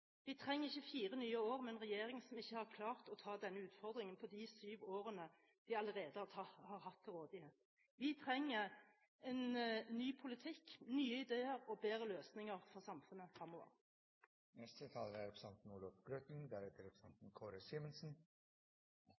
Vi trenger ikke fire nye år med en regjering som ikke har klart å ta denne utfordringen på de syv årene de allerede har hatt til rådighet. Vi trenger en ny politikk, nye ideer og bedre løsninger for samfunnet fremover. Vi i Senterpartiet er